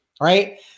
right